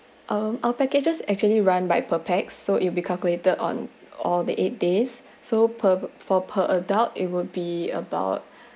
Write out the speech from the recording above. um our packages actually run by per pax so it'll be calculated on all the eight days so per for per adult it would be about